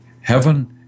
Heaven